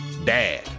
Dad